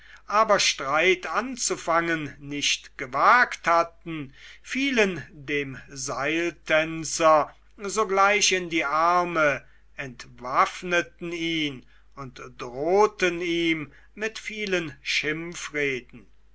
aber streit anzufangen nicht gewagt hatten fielen dem seiltänzer sogleich in die arme entwaffneten ihn und drohten ihm mit vielen